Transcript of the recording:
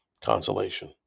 consolation